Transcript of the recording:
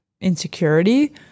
insecurity